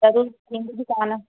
ज़रूरु थींदो बि कान्ह